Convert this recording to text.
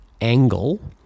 angle